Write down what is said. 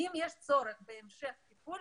אם יש צורך בהמשך טיפול,